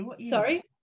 sorry